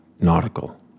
nautical